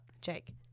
Jake